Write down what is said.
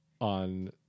on